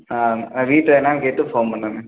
ஆ ஆ வீட்டில் என்னென்று கேட்டு ஃபோன் பண்ணுறேங்க